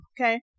Okay